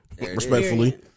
Respectfully